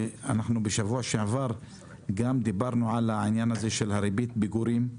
שבשבוע שעבר אנחנו גם דיברנו על העניין הזה של ריבית פיגורים,